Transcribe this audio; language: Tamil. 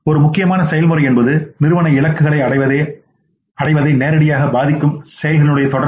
ஒரு முக்கியமான செயல்முறை என்பது நிறுவன இலக்குகளை அடைவதை நேரடியாக பாதிக்கும் செயல்களின் தொடர்